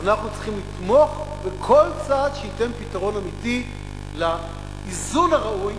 אנחנו צריכים לתמוך בכל צד שייתן פתרון אמיתי לאיזון הראוי